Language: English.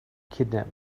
kidnap